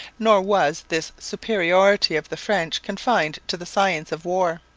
nor was this superiority of the french confined to the science of war.